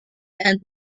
and